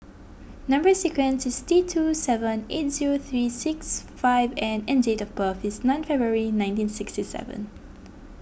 Number Sequence is T two seven eight zero three six five N and date of birth is nine February nineteen sixty seven